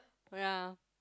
ya